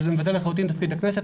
וזה מבטל לחלוטין את תפקיד הכנסת.